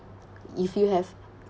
if you have